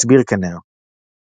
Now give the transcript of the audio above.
הסביר כנר השיר